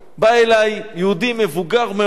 בא אלי יהודי מבוגר מאוד,